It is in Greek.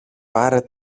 πάρε